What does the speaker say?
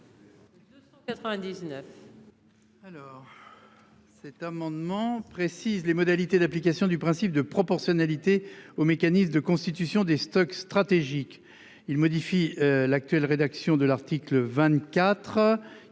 Cet amendement précise les modalités d'application du principe de proportionnalité au mécanisme de constitution des stocks stratégiques, il modifie l'actuelle rédaction de l'article 24.